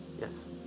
Yes